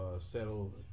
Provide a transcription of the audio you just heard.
settle